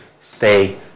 stay